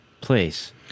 place